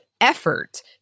effort